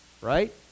right